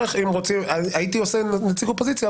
הייתי עושה נציג אופוזיציה,